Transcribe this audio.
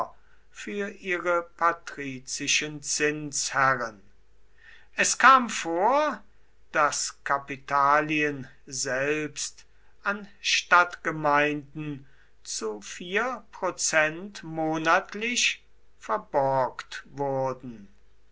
für ihre patrizischen zinsherren es kam vor daß kapitalien selbst an stadtgemeinden zu vier prozent monatlich verborgt wurden